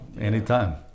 Anytime